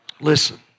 Listen